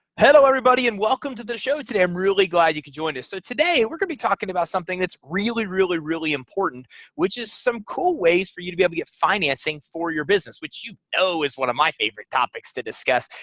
hello everybody and welcome to the show today i'm really glad you could join us. so today we're going to be talking about something that's really really really important which is some cool ways for you to be able get financing for your business which you know is one of my favorite topics to discuss.